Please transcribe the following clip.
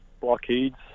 blockades